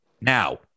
Now